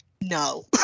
No